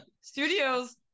studios